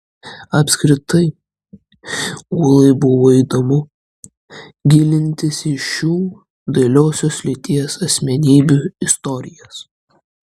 apskritai ūlai buvo įdomu gilintis į šių dailiosios lyties asmenybių istorijas